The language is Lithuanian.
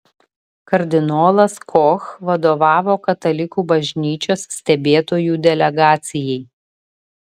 kardinolas koch vadovavo katalikų bažnyčios stebėtojų delegacijai